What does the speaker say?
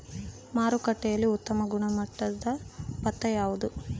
ಮಾರುಕಟ್ಟೆಯಲ್ಲಿ ಉತ್ತಮ ಗುಣಮಟ್ಟದ ಭತ್ತ ಯಾವುದು?